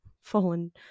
fallen